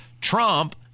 Trump